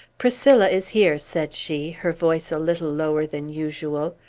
priscilla is here, said she, her voice a little lower than usual.